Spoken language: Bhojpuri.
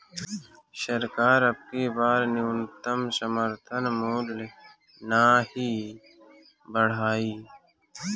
सरकार अबकी बार न्यूनतम समर्थन मूल्य नाही बढ़ाई